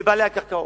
לבעלי הקרקעות.